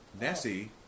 Nessie